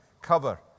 cover